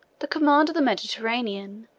the command of the mediterranean,